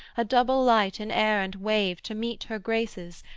a double light in air and wave, to meet her graces,